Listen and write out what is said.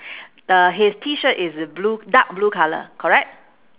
the his T-shirt is blue dark blue colour correct